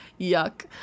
yuck